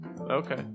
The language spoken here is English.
Okay